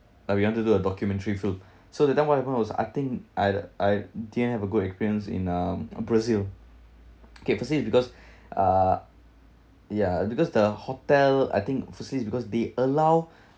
like we want to do a documentary film so that time what happened was I think I I didn't have a good experience in um ah brazil kay per se is because uh yeah because the hotel I think per se is because they allow